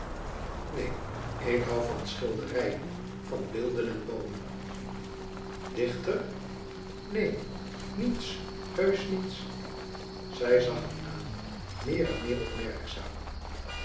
neen ik hoû van schilderijen van beelden en van boomen dichter neen niets heusch niets zij zag hem aan meer en meer